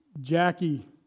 Jackie